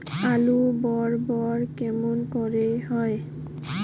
আলু বড় বড় কেমন করে হয়?